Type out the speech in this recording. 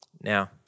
Now